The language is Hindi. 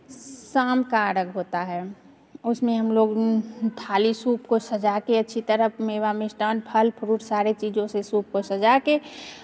शाम का अर्घ्य होता है उसमें हमलोग थाली सूप को सजा के अच्छी तरह मेवा मिष्ठान्न फल फ्रूट सारे चीज़ों से सूप को सजा के